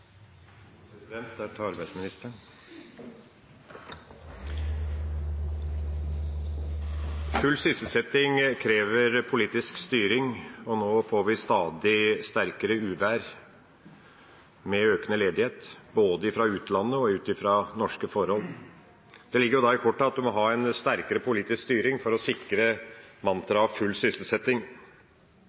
Det er til arbeidsministeren. Full sysselsetting krever politisk styring, og nå får vi stadig sterkere uvær med økende ledighet både fra utlandet og ut fra norske forhold. Det ligger da i kortene at en må ha en sterkere politisk styring for å sikre mantraet «full sysselsetting»,